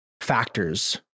factors